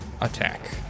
attack